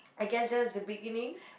I guess just the beginning